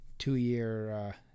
two-year